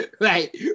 right